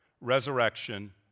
resurrection